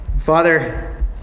Father